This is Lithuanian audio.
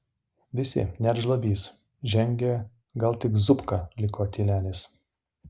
visi net žlabys žengė gal tik zupka liko tylenis